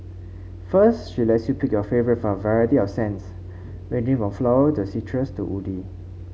first she lets you pick your favourite from a variety of scents ranging from floral to citrus to woody